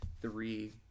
Three